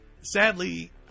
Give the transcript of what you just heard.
sadly